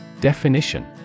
Definition